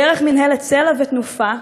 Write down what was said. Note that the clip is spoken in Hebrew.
דרך מינהלת סל"ע ומינהלת "תנופה",